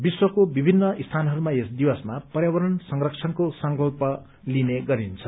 विश्वको विभिन्न स्थानहरूमा यस दिवसमा पर्यावरण संरक्षणको संकल्प लिने गरिन्छ